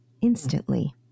instantly